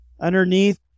Underneath